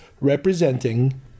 representing